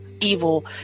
evil